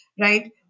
right